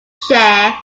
chair